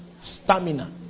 stamina